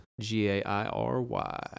G-A-I-R-Y